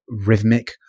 rhythmic